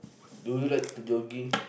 do you like to jogging